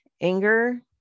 anger